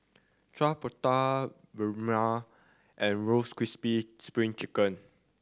chappati bahulu and roast crispy Spring Chicken